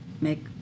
make